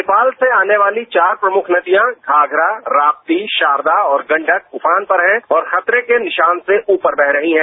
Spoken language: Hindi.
नेपाल से आने वाली चार प्रमुख नदियां घाघरा राप्ती शारदा और गंडक रूफान पर है और खतरे के निशान से ऊपर बह रही हैं